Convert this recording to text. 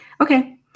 Okay